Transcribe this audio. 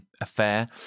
affair